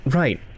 right